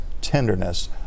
tenderness